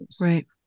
Right